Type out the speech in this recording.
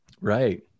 Right